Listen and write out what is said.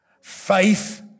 Faith